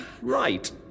Right